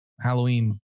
Halloween